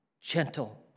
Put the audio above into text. gentle